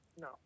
No